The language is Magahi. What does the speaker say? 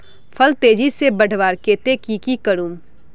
फल तेजी से बढ़वार केते की की करूम?